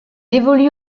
évolue